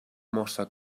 mossa